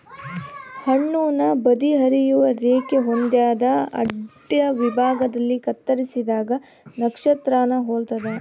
ಹಣ್ಣುನ ಬದಿ ಹರಿಯುವ ರೇಖೆ ಹೊಂದ್ಯಾದ ಅಡ್ಡವಿಭಾಗದಲ್ಲಿ ಕತ್ತರಿಸಿದಾಗ ನಕ್ಷತ್ರಾನ ಹೊಲ್ತದ